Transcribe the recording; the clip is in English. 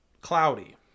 cloudy